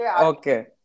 Okay